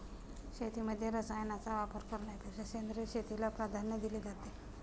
शेतीमध्ये रसायनांचा वापर करण्यापेक्षा सेंद्रिय शेतीला प्राधान्य दिले जाते